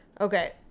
Okay